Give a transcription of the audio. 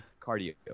cardio